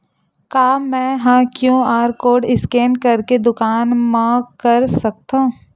का मैं ह क्यू.आर कोड स्कैन करके दुकान मा कर सकथव?